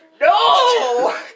No